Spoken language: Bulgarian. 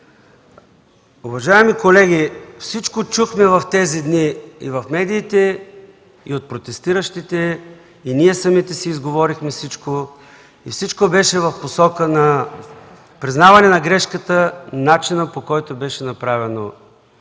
Уважаеми колеги, в тези дни чухме всичко и в медиите, и от протестиращите, и ние самите си изговорихме всичко, и всичко беше в посока признаване на грешката и начина, по който беше направена